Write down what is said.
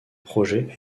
projet